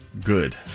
good